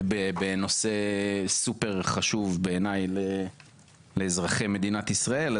בנושא סופר חשוב בעיניי לאזרחי מדינת ישראל,